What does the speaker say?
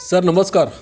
sir नमस्कार